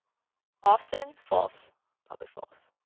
often false probably false